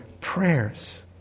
prayers